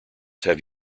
have